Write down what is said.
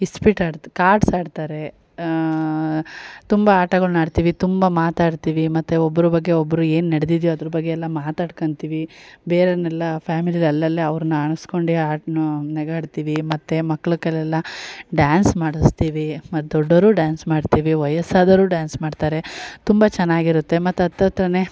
ಇಸ್ಪೀಟ್ ಆಡ್ತ ಕಾರ್ಡ್ಸ್ ಆಡ್ತಾರೆ ತುಂಬ ಆಟಗಳ್ನ ಆಡ್ತೀವಿ ತುಂಬ ಮಾತಾಡ್ತೀವಿ ಮತ್ತು ಒಬ್ರ ಬಗ್ಗೆ ಒಬ್ರು ಏನು ನೆಡೆದಿದೆಯೋ ಅದ್ರ ಬಗ್ಗೆ ಎಲ್ಲ ಮಾತಾಡ್ಕೊಂತೀವಿ ಬೇರೆಯವ್ರನ್ನೆಲ್ಲ ಫ್ಯಾಮಿಲೀದು ಅಲ್ಲಲ್ಲೇ ಅವ್ರನ್ನು ಅಣಗಿಸ್ಕೊಂಡೆ ಆಡ್ನ ನಗಾಡ್ತೀವಿ ಮತ್ತು ಮಕ್ಳು ಕೈಲೆಲ್ಲ ಡ್ಯಾನ್ಸ್ ಮಾಡುಸ್ತೀವಿ ಮತ್ತು ದೊಡ್ಡೋರು ಡ್ಯಾನ್ಸ್ ಮಾಡ್ತೀವಿ ವಯಸ್ಸಾದವರು ಡಾನ್ಸ್ ಮಾಡ್ತಾರೆ ತುಂಬ ಚೆನ್ನಾಗಿರುತ್ತೆ ಮತ್ತು ಹತ್ತು ಹತ್ರನೇ